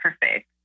perfect